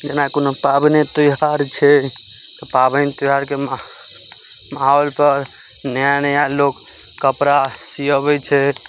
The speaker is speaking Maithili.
जेना कोनो पाबनि त्योहार छै पाबनि त्योहारके माहौल पर नया नया लोक कपड़ा सियबै छै